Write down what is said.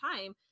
time